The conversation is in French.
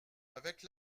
avec